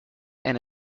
and